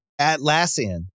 Atlassian